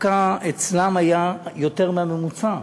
דווקא אצלן היה יותר מהממוצע.